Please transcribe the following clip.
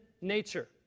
nature